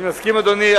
אני מסכים, אדוני.